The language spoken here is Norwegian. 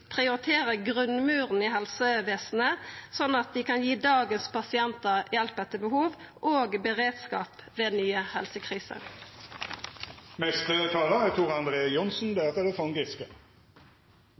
prioriterer grunnmuren i helsevesenet, så vi kan gi dagens pasientar hjelp etter behov og beredskap ved nye